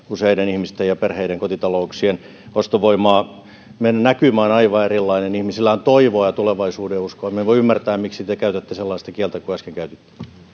useiden ihmisten ja perheiden kotitalouksien ostovoimaa meidän näkymämme on aivan erilainen ihmisillä on toivoa ja tulevaisuudenuskoa minä en voi ymmärtää miksi te käytätte sellaista kieltä kuin äsken käytitte